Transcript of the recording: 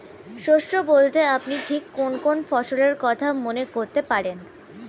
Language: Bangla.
শস্য বলতে আপনি ঠিক কোন কোন ফসলের কথা মনে করতে পারেন?